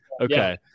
Okay